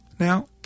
Now